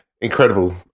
Incredible